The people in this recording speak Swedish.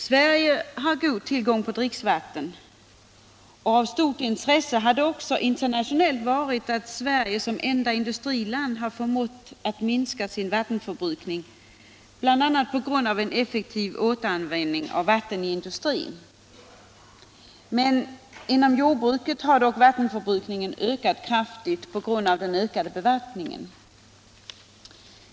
Sverige har god tillgång på dricksvatten. Av stort intresse har det också internationellt varit att Sverige som enda industriland förmått att minska sin vattenförbrukning, bl.a. genom en effektiv återanvändning av vatten i industrin. Inom jordbruket har dock vattenförbrukningen ökat kraftigt på grund av ökad bevattning.